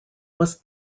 was